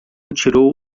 tirou